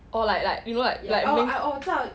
or like like you know like